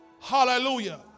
Hallelujah